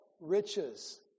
riches